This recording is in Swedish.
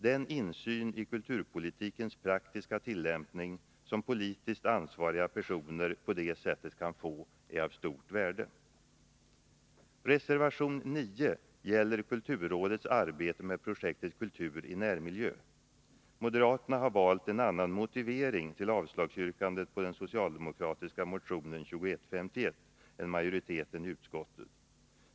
Den insyn i kulturpolitikens praktiska tillämpning som politiskt ansvariga personer på det sättet kan få är av stort värde. Reservation 9 gäller kulturrådets arbete med projektet Kultur i närmiljö. Moderaterna har valt en annan motivering till avslagsyrkandet på den socialdemokratiska motionen 2151 än majoriteten i utskottet.